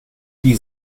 die